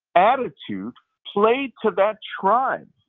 attitude played to that tribe,